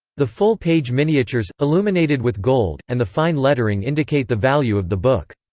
the full-page miniatures, illuminated with gold, and the fine lettering indicate the value of the book.